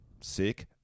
sick